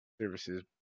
services